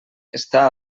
està